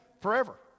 forever